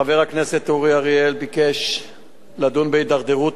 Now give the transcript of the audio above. חבר הכנסת אורי אריאל ביקש לדון בהידרדרות